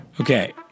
Okay